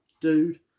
Dude